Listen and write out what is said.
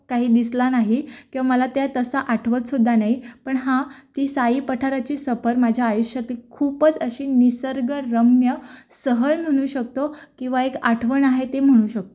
काही दिसला नाही किंवा मला त्या तसं आठवतसुद्धा नाही पण हां ती साई पठाराची सफर माझ्या आयुष्यातली खूपच अशी निसर्गरम्य सहल म्हणू शकतो किंवा एक आठवण आहे ते म्हणू शकतो